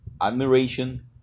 admiration